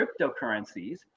cryptocurrencies